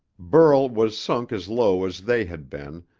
burl was sunk as low as they had been,